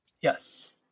Yes